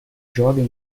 joga